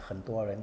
很多人